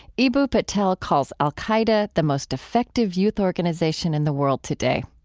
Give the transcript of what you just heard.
eboo patel calls al-qaeda the most effective youth organization in the world today.